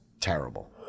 terrible